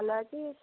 ভালো আছিস